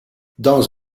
dans